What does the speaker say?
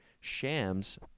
Shams